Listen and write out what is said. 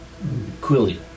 Quilly